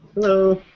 Hello